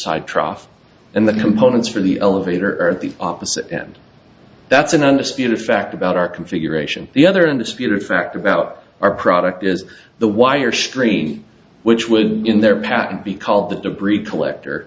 side trough and the components for the elevator at the opposite end that's an undisputed fact about our configuration the other indisputable fact about our product is the wire stream which would in their pack be called the debris collector